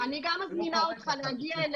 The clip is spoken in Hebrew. בכל מקרה בהצלחה לכולנו.